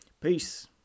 Peace